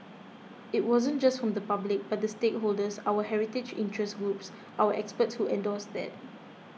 it wasn't just from the public but the stakeholders our heritage interest groups our experts who endorsed that